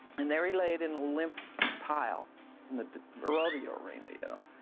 and there he laid in a limp pile in the rodeo arena, you know?